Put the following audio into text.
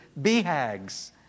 BHAGs